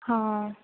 ହଁ